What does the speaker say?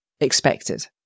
expected